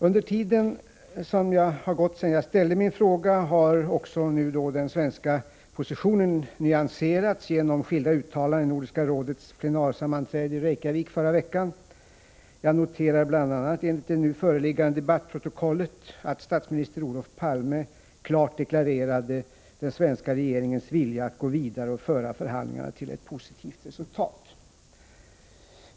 Under den tid som gått sedan jag ställde min fråga har den svenska positionen nyanserats genom skilda uttalanden vid Nordiska rådets plenarsammanträde i Reykjavik förra veckan. Jag noterar bl.a., enligt det nu föreliggande debattprotokollet, att statsminister Palme klart deklarerade att den svenska regeringen hade en vilja att gå vidare och föra förhandlingarna till ett positivt resultat.